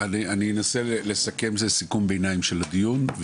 אני אנסה לסכם סיכום ביניים של הדיון.